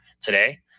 today